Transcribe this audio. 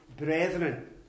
brethren